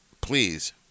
please